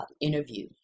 interview